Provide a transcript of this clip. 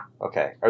Okay